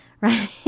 Right